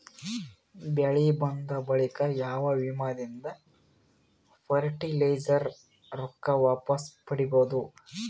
ಬೆಳಿ ಬಂದ ಬಳಿಕ ಯಾವ ವಿಮಾ ದಿಂದ ಫರಟಿಲೈಜರ ರೊಕ್ಕ ವಾಪಸ್ ಪಡಿಬಹುದು?